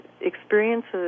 experiences